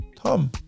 Tom